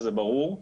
וזה ברור,